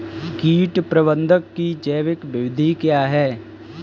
कीट प्रबंधक की जैविक विधि क्या है?